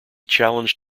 challenged